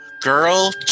Girl